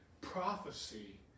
prophecy